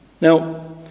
Now